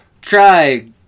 Try